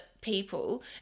people